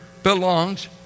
belongs